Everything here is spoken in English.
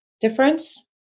difference